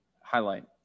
highlight